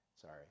sorry